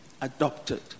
adopted